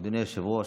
אדוני היושב-ראש,